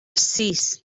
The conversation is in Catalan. sis